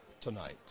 tonight